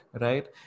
Right